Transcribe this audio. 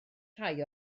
rhai